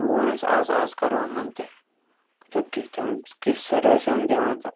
وۅنۍ ووٚن اَسہِ اَز اَز کرو یِمَن تہِ وُچھو کِتھ کِژھ سٔروِس چھِ یِم دِوان تہٕ